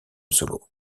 solo